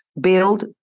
build